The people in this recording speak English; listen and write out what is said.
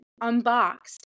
unboxed